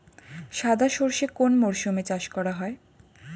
সাদা সর্ষে কোন মরশুমে চাষ করা হয়?